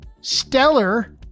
Stellar